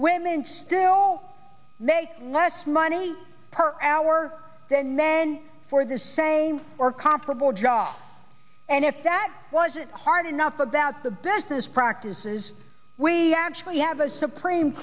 women still make less money per hour than men for the same or comparable job and if that wasn't hard enough about the business practices we actually have a supreme